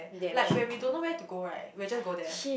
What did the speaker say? like when we don't know where to go right we will just go there